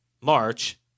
March –